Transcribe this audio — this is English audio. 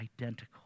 identical